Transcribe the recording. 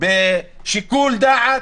בשיקול דעת.